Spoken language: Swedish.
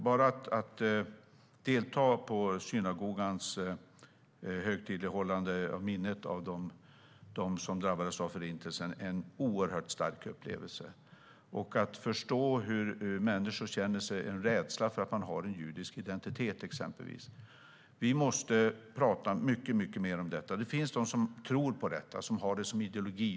Bara att delta i synagogans högtidlighållande av minnet av dem som drabbades av Förintelsen är en oerhört stark upplevelse, likaså att förstå att människor känner rädsla för att de har en judisk identitet. Vi måste prata mycket mer om detta. Det finns de som tror på detta och har det som ideologi.